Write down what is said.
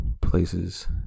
places